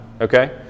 okay